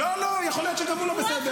לא לא, יכול להיות שגם הוא לא בסדר.